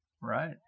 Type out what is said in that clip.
Right